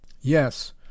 Yes